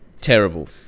terrible